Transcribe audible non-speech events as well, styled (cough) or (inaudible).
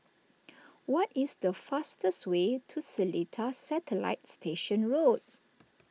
what is the fastest way to Seletar Satellite Station (noise) Road